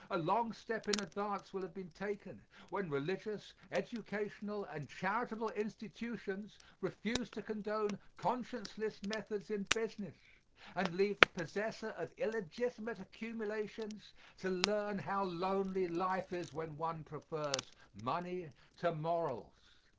a long step in advance will have been taken when religious, educational and charitable institutions refuse to condone conscienceless methods in business and leave the possessor of illegitimate accumulations to learn how lonely life is when one prefers money to morals.